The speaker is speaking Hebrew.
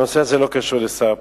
הנושא הזה לא קשור לשר הפנים,